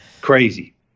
crazy